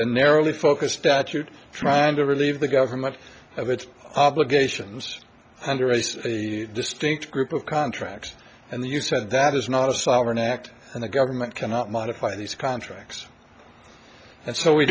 a narrowly focused attitude trying to relieve the government of its obligations under as a distinct group of contracts and you said that is not a sovereign act and the government cannot modify these contracts and so we